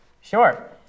sure